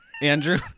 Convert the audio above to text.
Andrew